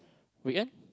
we can